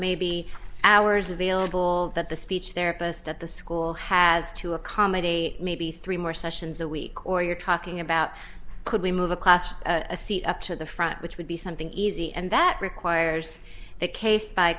maybe hours available that the speech therapist at the school has to accommodate maybe three more sessions a week or you're talking about could we move a class a seat up to the front which would be something easy and that requires a case by